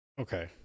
okay